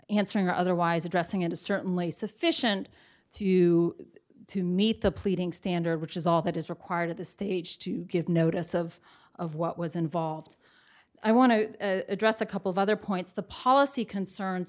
answering or otherwise addressing it is certainly sufficient to to meet the pleading standard which is all that is required of the stage to give notice of of what was involved i want to address a couple of other points the policy concerns